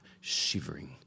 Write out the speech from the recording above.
shivering